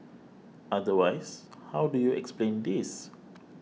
otherwise how do you explain this